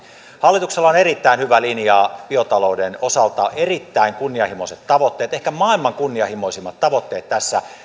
hallituksella on erittäin hyvä linja biotalouden osalta erittäin kunnianhimoiset tavoitteet ehkä maailman kunnianhimoisimmat tavoitteet tässä